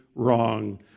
wrong